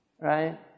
right